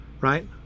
right